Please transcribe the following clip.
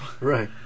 Right